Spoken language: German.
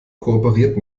kooperiert